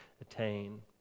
attain